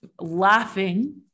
laughing